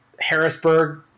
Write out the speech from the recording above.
Harrisburg